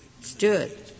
stood